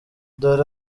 dore